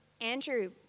Andrew